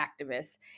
activists